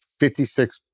56%